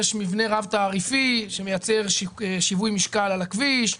יש מבנה רב-תעריפי שמייצר שיווי משקל על הכביש,